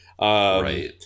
right